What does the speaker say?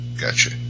gotcha